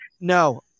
no